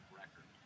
record